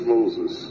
Moses